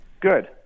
Good